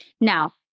Now